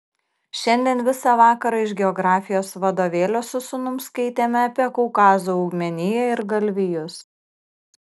šiandien visą vakarą iš geografijos vadovėlio su sūnum skaitėme apie kaukazo augmeniją ir galvijus